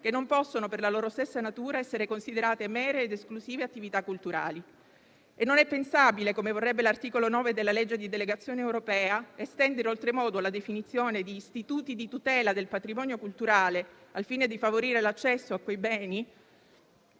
che non possono, per la loro stessa natura, essere considerate mere ed esclusive attività culturali. E non è pensabile, come vorrebbe l'articolo 9 della legge di delegazione europea, estendere oltremodo la definizione di istituti di tutela del patrimonio culturale al fine di favorire l'accesso a quei beni,